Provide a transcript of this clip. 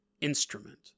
instrument